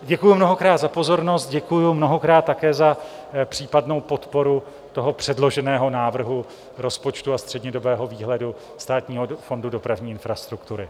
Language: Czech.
Děkuji mnohokrát za pozornost, děkuji mnohokrát také za případnou podporu toho předloženého návrhu rozpočtu a střednědobého výhledu Státního fondu dopravní infrastruktury.